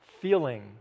feeling